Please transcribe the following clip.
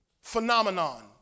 phenomenon